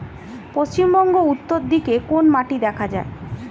পশ্চিমবঙ্গ উত্তর দিকে কোন মাটি দেখা যায়?